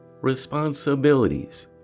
responsibilities